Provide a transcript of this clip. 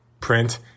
print